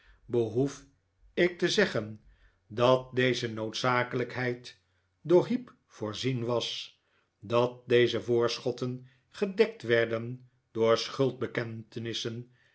behoef ik te zeg gen dat deze noodzakelijkheid door heep voorzien was dat deze voorschotten gedekt werden door